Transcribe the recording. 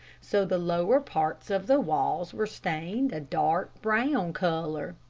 so the lower parts of the walls were stained a dark, brown color.